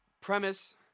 premise